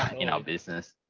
you know, business,